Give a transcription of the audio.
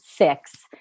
six